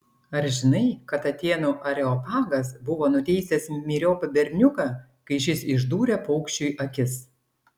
ar žinai kad atėnų areopagas buvo nuteisęs myriop berniuką kai šis išdūrė paukščiui akis